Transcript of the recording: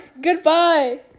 Goodbye